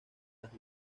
las